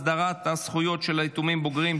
הסדרת הזכויות של יתומים בוגרים),